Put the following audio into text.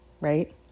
right